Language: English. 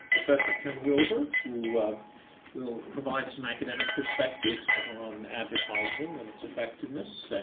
professor ken wilbur, who will provide some academic perspectives ah on advertising and its effectiveness.